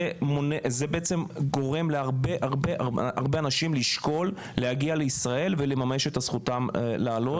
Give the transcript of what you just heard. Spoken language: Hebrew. זה גורם להרבה הרבה אנשים לשקול להגיע לישראל ולממש את זכותם לעלות,